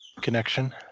connection